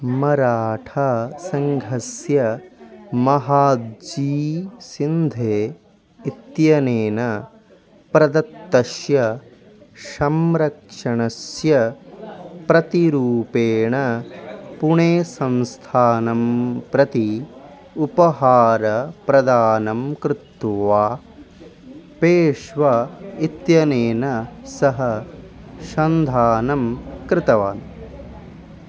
मराठा सङ्घस्य महाद्जी शिन्धे इत्यनेन प्रदत्तस्य संरक्षणस्य प्रतिरूपेण पुणे संस्थानं प्रति उपहारप्रदानं कृत्वा पेश्वा इत्यनेन सह सन्धानं कृतवान्